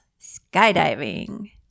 Skydiving